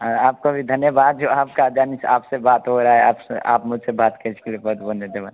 हाँ आपको भी धन्यवाद जो आपका आप से बात हो रहा है आप से आप मुझ से बात किए इसके लिए बहुत बहुत धन्यवाद